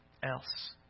else